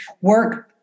work